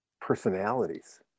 personalities